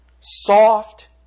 Soft